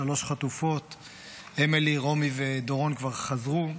שלוש חטופות, אמילי, רומי ודורון, חזרו.